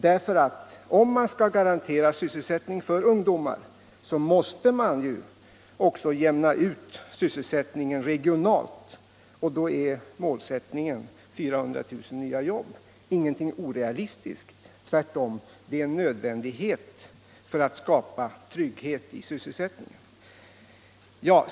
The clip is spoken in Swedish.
Skall man garantera sysselsättningen för ungdomar, måste man även jämna ut sysselsättningen regionalt. Då är målsättningen 400 000 nya jobb inget orealistiskt utan tvärtom en nödvändighet för att skapa trygghet i sysselsättningen.